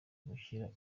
gukira